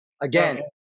Again